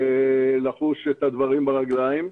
ולחוש את הדברים ברגליים.